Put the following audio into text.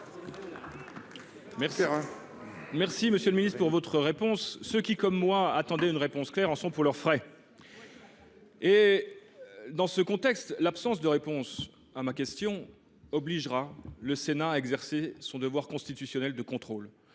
Monsieur le ministre, ceux qui, comme moi, attendaient une réponse claire en sont pour leurs frais ! De fait, l’absence de réponse à ma question obligera le Sénat à exercer son devoir constitutionnel de contrôle.